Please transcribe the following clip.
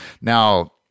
Now